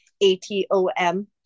A-T-O-M